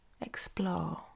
explore